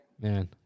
man